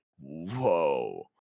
whoa